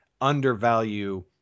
undervalue